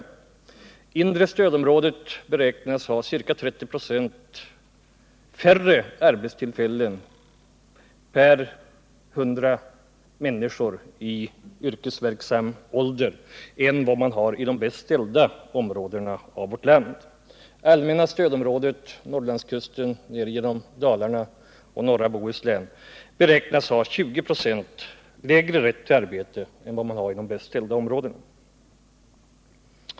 Det inre stödområdet beräknas ha ca 30 9, färre arbetstillfällen för dem som befinner sig i yrkesverksam ålder än de bäst ställda områdena i vårt land. Det allmänna stödområdet, Norrlandskusten och ner igenom Dalarna samt norra Bohuslän beräknas ha 20 96 färre arbetstillfällen än de bäst ställda områdena.